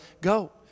Go